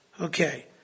Okay